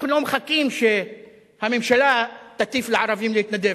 אנחנו לא מחכים שהממשלה תטיף לערבים להתנדב,